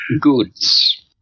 goods